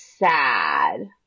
Sad